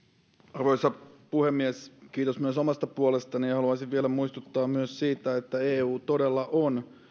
arvoisa puhemies kiitos myös omasta puolestani haluaisin vielä muistuttaa siitä että eu todella on